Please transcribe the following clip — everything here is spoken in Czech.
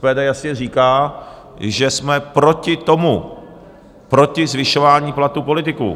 SPD jasně říká, že jsme proti tomu, proti zvyšování platů politiků.